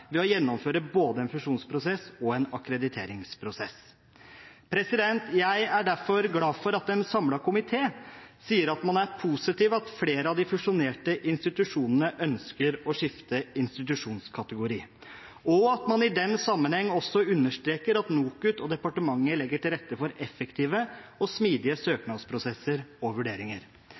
ved å gjennomføre både en fusjonsprosess og en akkrediteringsprosess. Jeg er derfor glad for at en samlet komité sier at man er positive til at flere av de fusjonerte institusjonene ønsker å skifte institusjonskategori, og at man i den sammenheng også understreker at NOKUT og departementet legger til rette for effektive og smidige søknadsprosesser og vurderinger.